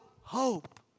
hope